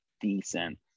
decent